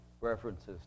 references